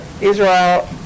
israel